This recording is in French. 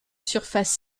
surface